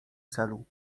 celu